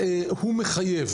והוא מחייב.